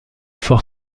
fort